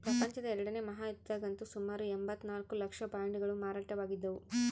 ಪ್ರಪಂಚದ ಎರಡನೇ ಮಹಾಯುದ್ಧದಗಂತೂ ಸುಮಾರು ಎಂಭತ್ತ ನಾಲ್ಕು ಲಕ್ಷ ಬಾಂಡುಗಳು ಮಾರಾಟವಾಗಿದ್ದವು